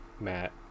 Matt